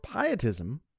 pietism